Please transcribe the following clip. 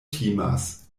timas